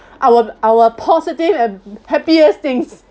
our our positive and happiest things